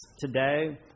today